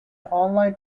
online